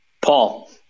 Paul